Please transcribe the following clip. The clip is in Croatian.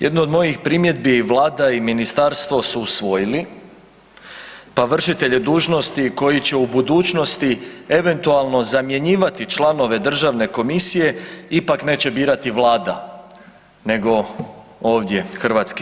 Jedno od mojih primjedbi vlada i ministarstvo su usvojili, pa vršitelji dužnosti koji će u budućnosti eventualno zamjenjivati članove državne komisije ipak neće birati vlada nego ovdje HS.